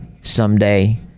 someday